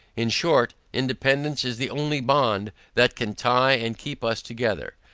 in short, independance is the only bond that can tye and keep us together.